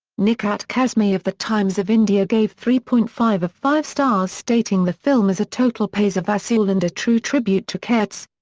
nikhat kazmi of the times of india gave three point five of five stars stating the film is a total paisa vasool and a true tribute to karz.